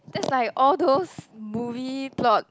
that's like all those movies plot